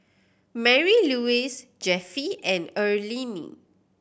Marylouise Jeffie and Earlene